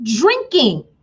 drinking